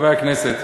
חברי הכנסת,